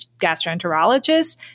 gastroenterologist